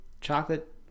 chocolate